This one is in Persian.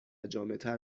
جامعتر